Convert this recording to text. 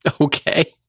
Okay